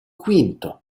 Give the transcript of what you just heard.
quinto